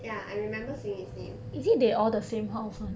ya I remember seeing his name